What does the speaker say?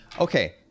okay